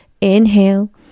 Inhale